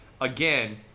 Again